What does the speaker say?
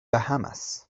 bahamas